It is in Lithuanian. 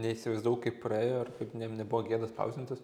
neįsivaizdavau kaip praėjo ir kaip neuvo gėda spausdintis